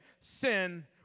sin